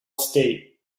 state